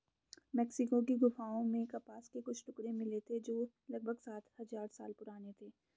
Mexico की गुफाओं में कपास के कुछ टुकड़े मिले थे जो लगभग सात हजार साल पुराने थे